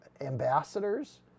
ambassadors